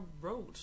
road